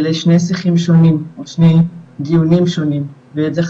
אלה שני שיחים שונים או שני דיונים שונים וזה